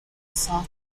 south